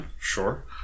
Sure